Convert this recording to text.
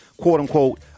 quote-unquote